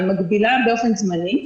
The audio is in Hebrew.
היא מגבילה באופן זמני,